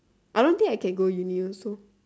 I don't think I can go uni also